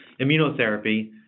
immunotherapy